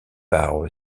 par